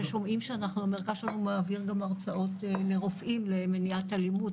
ששומעים שאנחנו מרכז שמעביר גם הרצאות לרופאים למניעת אלימות,